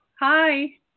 Hi